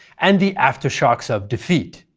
and the aftershocks of defeat.